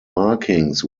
markings